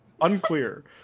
unclear